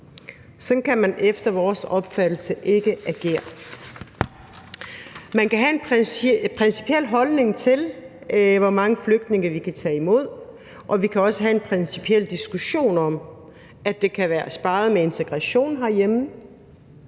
Sådan kan man efter vores opfattelse ikke agere. Man kan have en principiel holdning til, hvor mange flygtninge vi kan tage imod, og vi kan også have en principiel diskussion om, at det kan hænge sammen med integrationen herhjemme,